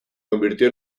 convirtió